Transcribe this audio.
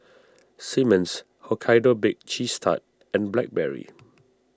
Simmons Hokkaido Baked Cheese Tart and Blackberry